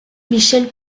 michele